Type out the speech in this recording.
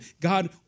God